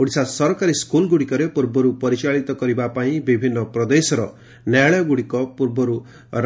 ଓଡ଼ିଶା ସରକାରୀ ସ୍କୁଲଗୁଡ଼ିକରେ ପୂର୍ବରୁ ପରିଚାଳିତ କରିବା ପାଇଁ ବିଭିନ୍ନ ପ୍ରଦେଶର ନ୍ୟାୟାଳୟ ପୂର୍ବରୁ